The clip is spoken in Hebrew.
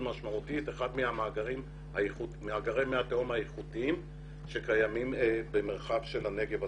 משמעותי את אחד ממאגרי מי התהום האיכותיים שקיימים במרחב של הנגב הצפוני.